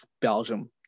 belgium